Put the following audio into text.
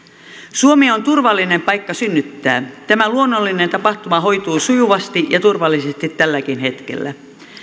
suomi on turvallinen paikka synnyttää tämä luonnollinen tapahtuma hoituu sujuvasti ja turvallisesti tälläkin hetkellä